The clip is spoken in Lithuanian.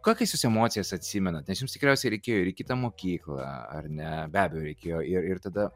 kokias jūs emocijas atsimenat nes jums tikriausiai reikėjo ir į kitą mokyklą ar ne be abejo reikėjo ir ir tada